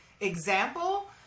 example